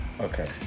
Okay